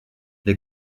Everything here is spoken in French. les